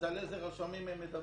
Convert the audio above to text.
אז על איזה רשמים הם מדברים?